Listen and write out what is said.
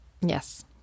Yes